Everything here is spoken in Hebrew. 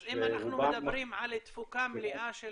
אז אם אנחנו מדברים על תפוקה מלאה של